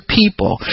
people